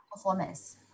Performance